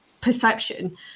perception